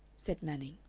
said manning.